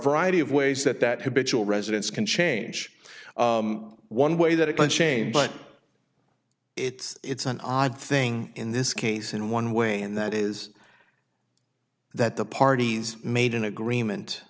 variety of ways that that habitual residence can change one way that it can change but it's an odd thing in this case in one way and that is that the parties made an agreement